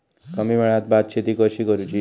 कमी वेळात भात शेती कशी करुची?